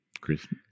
Christmas